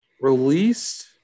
Released